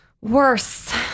Worse